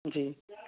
جی